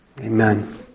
Amen